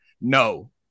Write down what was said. No